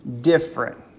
different